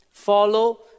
follow